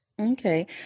Okay